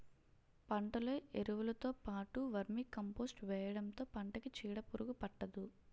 పంటలో ఎరువులుతో పాటు వర్మీకంపోస్ట్ వేయడంతో పంటకి చీడపురుగు పట్టదు